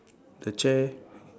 the chair